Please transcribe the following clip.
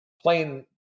playing